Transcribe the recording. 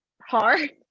hard